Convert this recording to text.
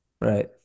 Right